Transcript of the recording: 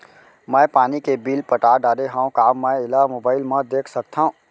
मैं पानी के बिल पटा डारे हव का मैं एला मोबाइल म देख सकथव?